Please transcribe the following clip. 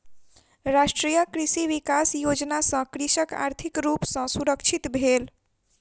राष्ट्रीय कृषि विकास योजना सॅ कृषक आर्थिक रूप सॅ सुरक्षित भेल